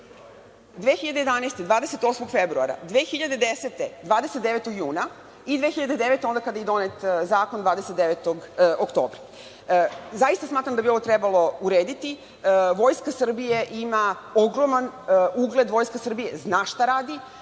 godine 28. februara, 2010. godine 29. juna i 2009. godine, onda kada je donet zakon, 29. oktobra. Zaista smatram da bi ovo trebalo urediti. Vojska Srbije ima ogroman ugled, Vojska Srbije zna šta radi